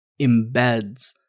embeds